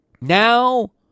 Now